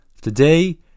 Today